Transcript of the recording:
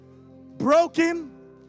Broken